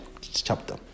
chapter